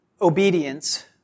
obedience